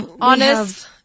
honest